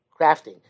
crafting